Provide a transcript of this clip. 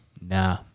nah